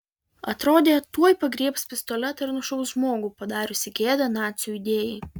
atrodė tuoj pagriebs pistoletą ir nušaus žmogų padariusį gėdą nacių idėjai